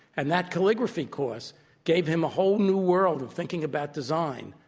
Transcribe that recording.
and that calligraphy course gave him a whole new world of thinking about design.